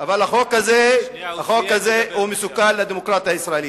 אבל החוק הזה מסוכן לדמוקרטיה הישראלית.